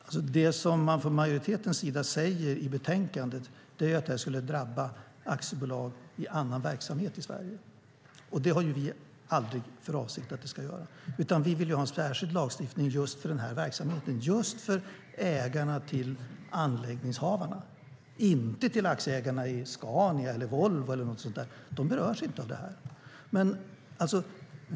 Herr talman! Det man från majoritetens sida säger i betänkandet är att detta skulle drabba aktiebolag i annan verksamhet i Sverige. Det har vi aldrig för avsikt att det ska göra. Vi vill ha en särskild lagstiftning just för den här verksamheten, just för ägarna till anläggningshavarna - inte till aktieägarna i Scania, Volvo eller liknande. De berörs inte av det här.